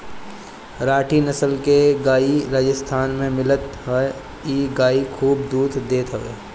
राठी नसल के गाई राजस्थान में मिलत हअ इ गाई खूब दूध देत हवे